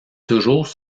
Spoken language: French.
toujours